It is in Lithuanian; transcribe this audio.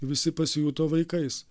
visi pasijuto vaikais